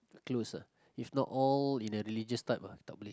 close ah if not all in a religious type ah tak boleh